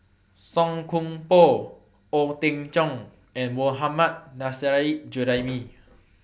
Song Koon Poh Ong Teng Cheong and Mohammad Nurrasyid Juraimi